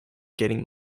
gaining